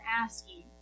asking